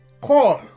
call